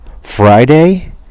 Friday